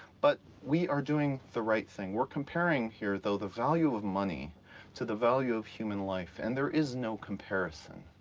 but we are doing the right thing. we're comparing here, though, the value of money to the value of human life, and there is no comparison.